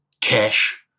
cash